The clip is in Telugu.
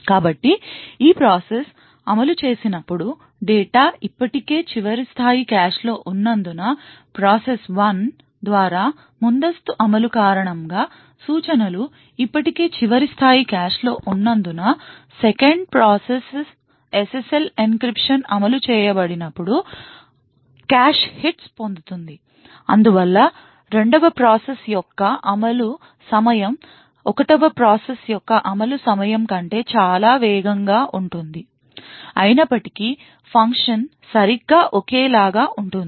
కాబట్టి ఈ ప్రాసెస్ అమలు చేసినప్పుడు డేటా ఇప్పటికే చివరి స్థాయి కాష్ లో ఉన్నందున ప్రాసెస్ 1 ద్వారా ముందస్తు అమలు కారణం గా సూచన లు ఇప్పటికే చివరి స్థాయి కాష్లో ఉన్నందున 2వ ప్రాసెస్ SSL encryption అమలు చేయబడినప్పుడు అప్పుడు కాష్ హిట్స్ పొందుతుంది అందువల్ల 2వ ప్రాసెస్ యొక్క అమలు సమయం 1వ ప్రాసెస్ యొక్క అమలు సమయం కంటే చాలా వేగంగా ఉంటుంది అయినప్పటికీ ఫంక్షన్ సరిగ్గా ఒకేలా ఉంటుంది